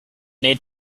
need